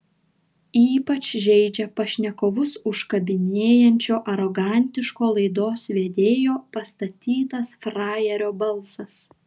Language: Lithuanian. ypač žeidžia pašnekovus užkabinėjančio arogantiško laidos vedėjo pastatytas frajerio balsas